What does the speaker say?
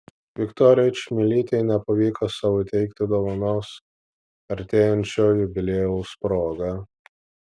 viktorijai čmilytei nepavyko sau įteikti dovanos artėjančio jubiliejaus proga